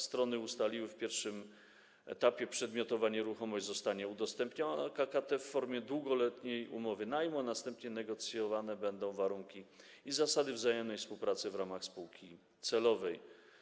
Strony ustaliły, że na pierwszym etapie przedmiotowa nieruchomość zostanie udostępniona KKT za pośrednictwem długoletniej umowy najmu, a następnie negocjowane będą warunki i zasady wzajemnej współpracy w ramach spółki celowej.